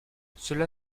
cela